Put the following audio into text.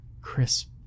crisp